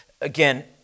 Again